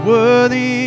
Worthy